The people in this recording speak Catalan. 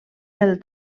del